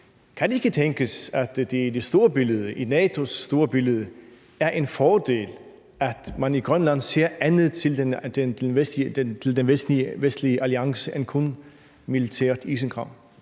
Kan det ikke tænkes, at det i NATO's store billede er en fordel, at man i Grønland ser andet til den vestlige alliance end kun militært isenkram?